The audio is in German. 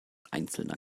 einzelner